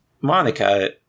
Monica